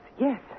yes